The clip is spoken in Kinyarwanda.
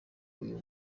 uyu